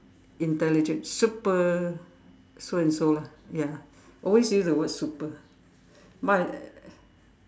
intelligent super so and so lah ya always use the word super my uh